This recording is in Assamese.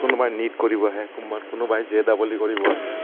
কোনোবাই নীট কৰিব আহে কোনোবাই জে ডবল ই কৰিব আহে